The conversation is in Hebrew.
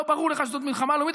לא ברור לך שזאת מלחמה לאומית?